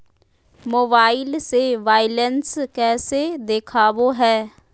Mobile से balance कैसे देखाबो है?